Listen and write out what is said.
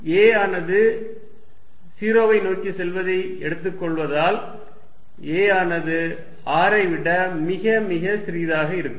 razr2a22arcosθ12 a ஆனது 0 ஐ நோக்கி செல்வதை எடுத்து கொள்வதால் a ஆனது r ஐ விட மிக மிக சிறியதாக இருக்கும்